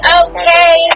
okay